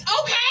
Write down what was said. Okay